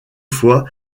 fois